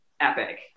epic